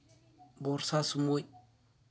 ᱵᱚᱨᱥᱟ ᱥᱚᱢᱚᱭ